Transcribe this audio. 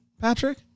Patrick